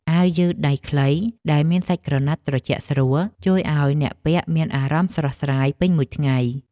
អាវយឺតដៃខ្លីដែលមានសាច់ក្រណាត់ត្រជាក់ស្រួល ជួយឱ្យអ្នកពាក់មានអារម្មណ៍ស្រស់ស្រាយពេញមួយថ្ងៃ។